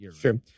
Sure